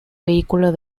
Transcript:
vehículo